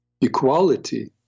Equality